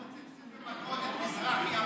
מה עם העבריינים שפוצצו במכות את מזרחי,